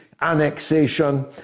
annexation